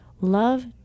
Love